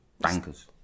bankers